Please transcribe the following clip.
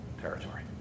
territory